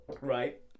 Right